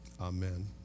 Amen